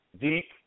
deep